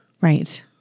Right